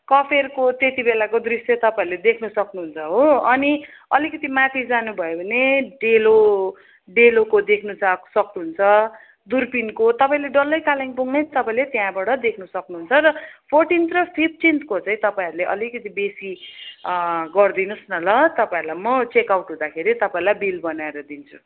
कफेरको त्यति बेला को दृश्य तपाईँहरूले देख्नु सक्नुहुन्छ हो अनि अलिकति माथि जानुभयो भने डेलो डेलोको देख्नु सक सक्नुहुन्च दुर्पिनको तपाईँले डल्लै कालिम्पोङ नै तपाईँले त्यहाँबाट देख्नु सक्नुहुन्छ र फोर्टिन्थ र फिफ्टिन्थको चाहिँ तपाईँहरूले अलिकति बेसी गरिदिनुहोस् न ल तपाईँहरूलाई म चेक आउट हुदाँखेरि तपाईँलाई बिल बनाएर दिन्छु